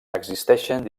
existeixen